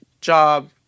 job